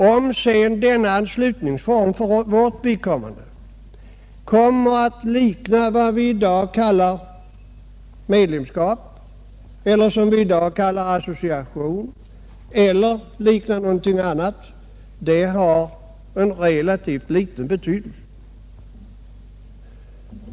Om sedan denna anslutningsform kommer att likna vad vi i dag kallar medlemskap eller vad vi i dag kallar association eller om den liknar någonting annat har relativt liten betydelse.